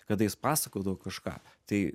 kada jis pasakodavo kažką tai